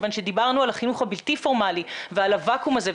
כיוון שדיברנו על החינוך הבלתי פורמלי ועל הוואקום הזה,